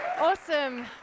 Awesome